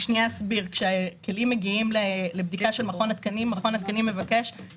כשכלים מגיעים לבדיקה אנחנו מחויבים